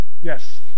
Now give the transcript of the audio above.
yes